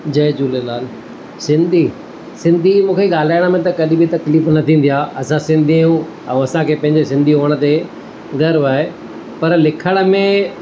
जय झूलेलाल सिंधी सिंधी मूंखे ॻाल्हाइण में त कॾहिं बि तकलीफ़ न थींदी आहे असां सिंधी आहियूं ऐं असां खे पंहिंजे सिंधी हुअणु ते गर्व आहे पर लिखण में